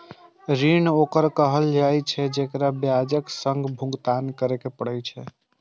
ऋण ओकरा कहल जाइ छै, जेकरा ब्याजक संग भुगतान करय पड़ै छै